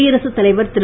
குடியரசுத் தலைவர் திரு